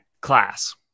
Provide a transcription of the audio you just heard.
class